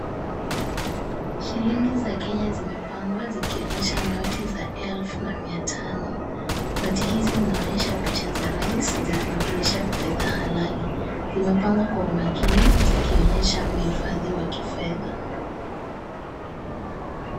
Shilingi za Kenya zimepangwa zikionyesha noti za elfu na mia tano, noti hizi zinaonyesha picha za rais, zikiwakilisha fedha halali, zimepangwa kwa umakini, zikionyesha uhifadhi wa kifedha.